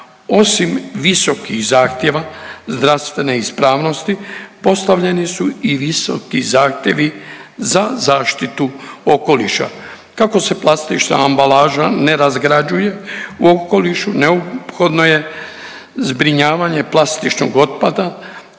Osim visokih zahtjeva zdravstvene ispravnosti postavljeni su i visoki zahtjevi za zaštitu okoliša. Kako se plastična ambalaža ne razgrađuje u okolišu neophodno je zbrinjavanje plastičnog otpada.